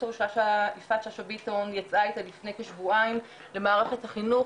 ד"ר יפעת שאשא ביטון יצאה איתה לפני כשבועיים למערכת החינוך,